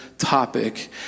topic